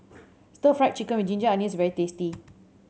Stir Fry Chicken with ginger onions is very tasty